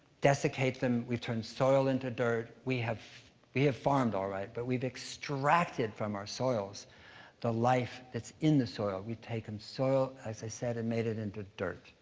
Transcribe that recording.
desiccate them. we've turned soil into dirt. we have we have farmed all right, but we've extracted from our soils the life that's in the soil. we've taken soil, as i said, and made it into dirt.